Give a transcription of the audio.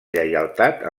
lleialtat